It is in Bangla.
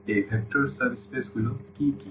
এই ভেক্টর সাব স্পেস গুলো কী কী